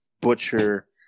Butcher